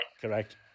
Correct